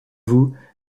vous